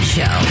Show